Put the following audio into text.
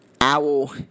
Owl